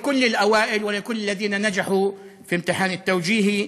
לכל המשפחות ולכל אלה שהצליחו במבחן הבגרות.